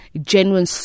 genuine